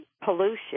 pollution